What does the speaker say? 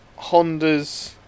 Hondas